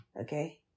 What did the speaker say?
Okay